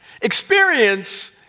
experience